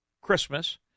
Christmas